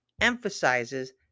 emphasizes